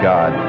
God